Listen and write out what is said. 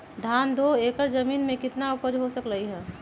धान दो एकर जमीन में कितना उपज हो सकलेय ह?